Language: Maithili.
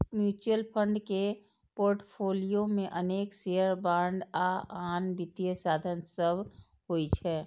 म्यूचुअल फंड के पोर्टफोलियो मे अनेक शेयर, बांड आ आन वित्तीय साधन सभ होइ छै